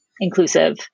inclusive